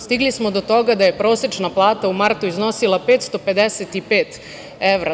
Stigli smo do toga da je prosečna plata u martu iznosila 555 evra.